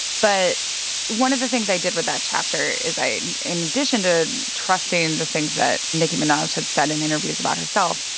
but one of the things i did with that chapter is i in addition to trusting the things that nicki minaj had said in interviews about herself,